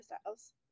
Styles